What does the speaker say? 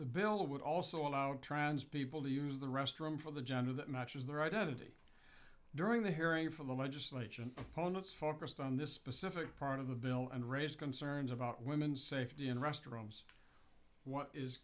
the bill would also allow trans people to use the restroom for the gender that matches their identity during the hearing for the legislation pono it's focused on this specific part of the bill and raise concerns about women's safety in restaurants what is